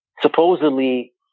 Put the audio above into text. Supposedly